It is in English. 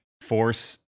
force